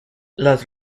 las